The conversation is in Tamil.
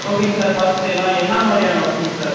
ஓகேங்கே சார் பார்த்து செய்யலாம் என்னா மாதிரியான ஒர்க்குங்க சார்